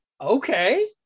Okay